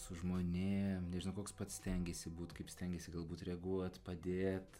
su žmonėm nežinau koks pats stengiesi būt kaip stengiesi galbūt reaguot padėt